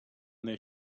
their